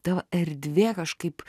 ta erdvė kažkaip